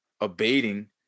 abating